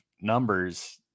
numbers